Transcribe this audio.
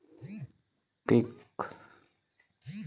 पीक काढणीनंतर योग्य भाव मिळेपर्यंत शेतकरी पिकाचे जतन करू शकतील